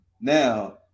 Now